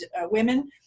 women